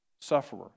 sufferer